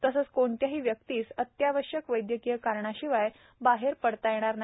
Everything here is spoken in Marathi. तसेच कोणत्याही व्यक्तीस अत्यावश्यक वैद्यकीय कारणाशिवाय घराबाहेर पडता येणार नाही